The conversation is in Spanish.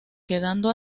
quedando